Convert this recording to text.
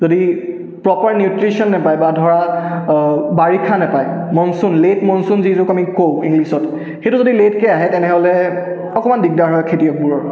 যদি proper nutrition নাপায় বা ধৰা বাৰিষা নাপায় মনছুন লেট মনছুন যিটোক আমি কওঁ ইংলিছত সেইটো যদি লেটকৈ আহে তেনেহ'লে অকণমান দিগদাৰ হয় খেতিয়কবোৰৰ